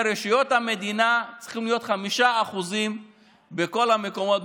ברשויות המדינה צריכים להיות 5% בכל המקומות,